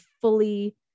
fully